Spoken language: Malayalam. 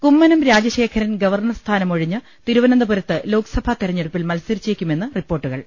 കുമ്മനം രാജശേഖരൻ ഗവർണർ സ്ഥാനമൊഴിഞ്ഞ് തിരുവന്തപുരത്ത് ലോക്സഭാ തെരഞ്ഞെടുപ്പിൽ മത്സരിച്ചേക്കുമെന്ന് റിപ്പോർട്ടുകൾ